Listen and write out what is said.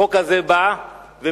החוק הזה בא ומתייחס